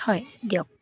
হয় দিয়ক